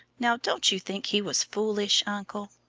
now don't you think he was foolish, uncle?